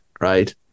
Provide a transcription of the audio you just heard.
right